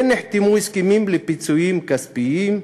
כן נחתמו הסכמים לפיצויים כספיים,